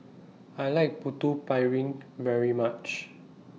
I like Putu Piring very much